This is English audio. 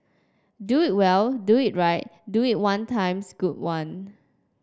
do it well do it right do it one times good one